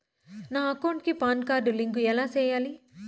నా అకౌంట్ కి PAN card link ఎలా సేయాలి